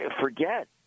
forget